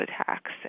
attacks